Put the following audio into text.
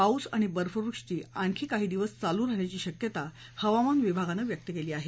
पाऊस आणि बर्फवृष्टी आणखी काही दिवस चालूच राहण्याची शक्यता हवामान विभागानं व्यक्त केली आहे